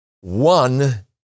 One